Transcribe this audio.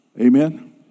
Amen